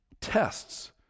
tests